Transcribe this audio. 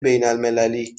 بینالمللی